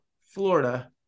Florida